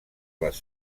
les